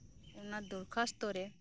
ᱚᱱᱟ ᱫᱚᱨᱠᱟᱥᱛᱚ ᱨᱮ